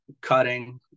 cutting